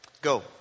go